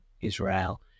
Israel